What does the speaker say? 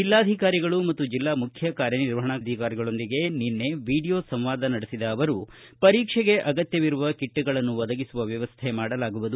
ಜೆಲ್ಲಾಧಿಕಾರಿ ಮತ್ತು ಜೆಲ್ಲಾ ಮುಖ್ಯ ಕಾರ್ಯನಿರ್ವಹಣಾಧಿಕಾರಿಗಳೊಂದಿಗೆ ನಿನ್ನೆ ವಿಡಿಯೋ ಸಂವಾದ ನಡೆಸಿದ ಅವರು ಪರೀಕ್ಷೆಗೆ ಅಗತ್ತವಿರುವ ಕಿಟ್ಗಳನ್ನು ಒದಗಿಸುವ ವ್ಯವಸ್ಥೆ ಮಾಡಲಾಗುವುದು